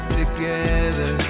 together